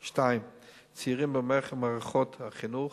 2. צעירים במערכות החינוך,